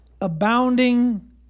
abounding